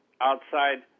outside